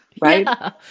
right